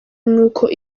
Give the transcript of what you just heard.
n’uko